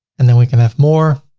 and then we can have more.